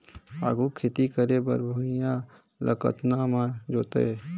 आघु खेती करे बर भुइयां ल कतना म जोतेयं?